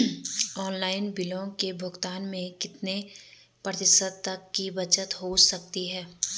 Online बिलों के भुगतान में कितने प्रतिशत तक की बचत हो सकती है?